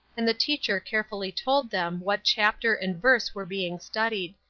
and the teacher carefully told them what chapter and verse were being studied.